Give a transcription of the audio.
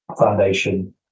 Foundation